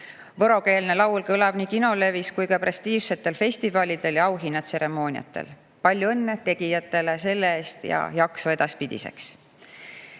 Võrokeelne laul kõlab nii kinolevis kui ka prestiižsetel festivalidel ja auhinnatseremooniatel. Palju õnne tegijatele selle eest ja jaksu edaspidiseks! Filmitööstus